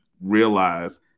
realize